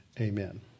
amen